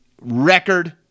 record